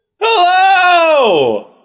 Hello